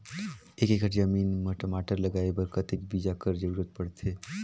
एक एकड़ जमीन म टमाटर लगाय बर कतेक बीजा कर जरूरत पड़थे?